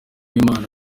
uwimana